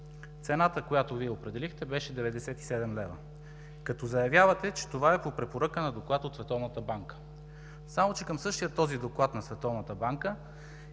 цената, която Вие определихте, беше 97 лв., като заявявате, че това е по препоръка на доклад от Световната банка. Само че към същия този доклад на Световната банка